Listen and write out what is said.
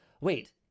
Wait